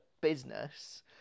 business